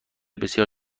بسیار